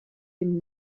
den